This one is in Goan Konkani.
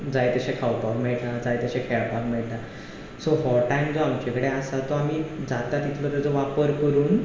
जाय तशें खावपाक मेळटा जाय तशें खेळपाक मेळटा सो हो टायम जो आमचेकडें आसा तो आमी जाता तितलो तेचो वापर करून